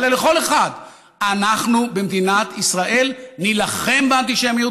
אלא לכל אחד: אנחנו במדינת ישראל נילחם באנטישמיות,